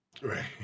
right